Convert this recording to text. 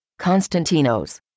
Constantinos